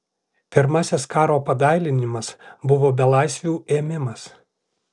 pirmasis karo padailinimas buvo belaisvių ėmimas